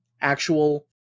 actual